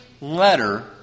letter